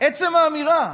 לחלוטין נגד, על עצם האמירה.